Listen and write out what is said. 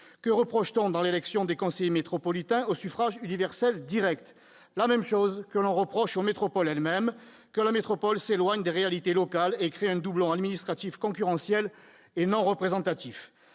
Que reproche-t-on à l'élection des conseillers métropolitains au suffrage universel direct ? La même chose que l'on reproche aux métropoles elles-mêmes : l'éloignement des réalités locales et la création d'un doublon administratif non représentatif.